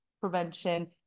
prevention